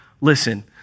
listen